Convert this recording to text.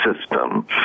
system